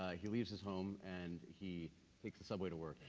ah he leaves his home and he takes a subway to work.